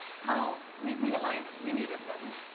how we realized we needed them,